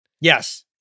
Yes